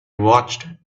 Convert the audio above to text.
watched